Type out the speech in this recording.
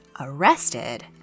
arrested